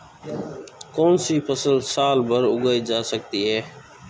कौनसी फसल साल भर उगाई जा सकती है?